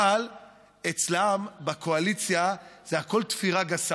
אבל אצלם בקואליציה זה הכול תפירה גסה,